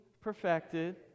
perfected